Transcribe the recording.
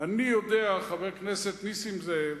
אני יודע, חבר הכנסת נסים זאב,